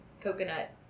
coconut